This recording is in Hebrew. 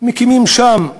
מקימים שם,